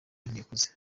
nikuze